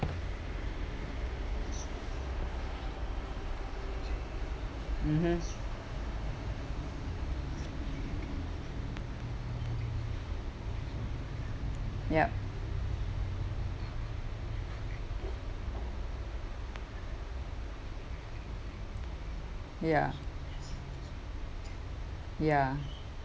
mmhmm yup ya ya